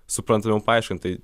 suprantamiau paaiškint tai